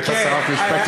היא הייתה שרת משפטים.